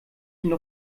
ihnen